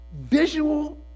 visual